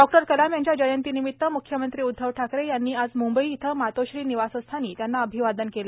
doctor Kalam यांच्या जयंतीनिमित्त मुख्यमंत्री उद्वव ठाकरे यांनी आज मुंबई येथे मातोश्री निवासस्थानी त्यांना अभिवादन केले